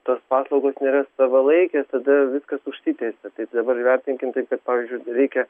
tos paslaugos nėra savalaikės tada viskas užsitęsia tai dabar įvertinkim taip kad pavyzdžiui reikia